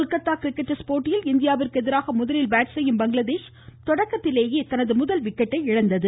Kolkata cricket test போட்டியில் இந்தியாவிற்கு எதிராக முதலில் பேட் செய்யும் பங்களாதேஷ் தொடக்கத்திலேயே தனது முதல் விக்கெட்டை இழந்தது